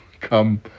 come